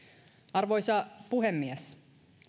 arvoisa puhemies